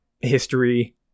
history